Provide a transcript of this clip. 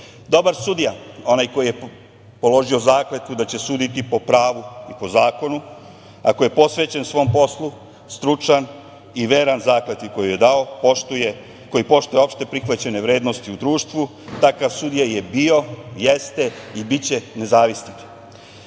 sudija, onaj koji je položio zakletvu da će suditi po pravu i po zakonu, ako je posvećen svom poslu, stručan i veran zakletvi koju je dao, koji poštuje opšte prihvaćene vrednosti u društvu, takav sudija je bio, jeste i biće nezavistan.